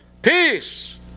peace